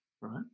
right